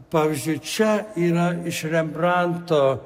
pavyzdžiui čia yra iš rembranto